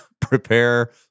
prepare